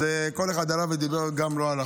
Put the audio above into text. כל אחד עלה ודיבר, גם לא על החוק.